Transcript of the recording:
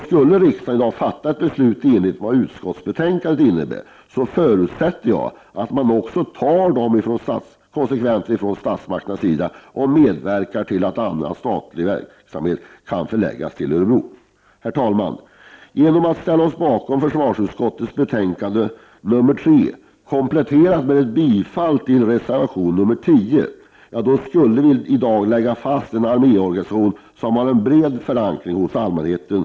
Skulle riksdagen i dag fatta beslut i enlighet med utskottets betänkande, förutsätter jag att man från statsmaktens sida också tar konsekvenserna av detta och medverkar till att annan statlig verksamhet kan förläggas till Örebroregionen. Fru talman! Genom att ställa oss bakom försvarsutskottets betänkande nr 3 kompletterat med bifall till reservation nr 10 skulle vi i dag kunna lägga fast en arméorganisation som har en bred förankring hos allmänheten.